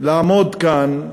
לעמוד כאן,